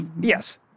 Yes